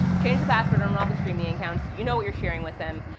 change the password on all the streaming accounts. you know what you're sharing with them.